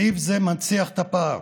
סעיף זה מנציח את הפער,